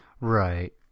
right